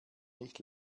nicht